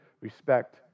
respect